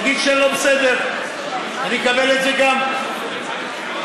תגיד שאני לא בסדר, אני אקבל גם את זה.